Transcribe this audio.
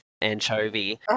Anchovy